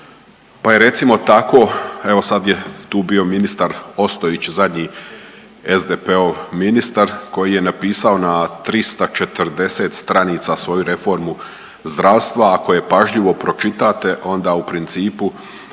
Pa je recimo tako, evo sad je tu bio ministar Ostojić zadnji SDP-ov ministar koji je napisao na 340 stranica svoju reformu zdravstva. Ako je pažljivo pročitate onda u principu